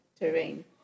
terrain